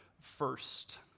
first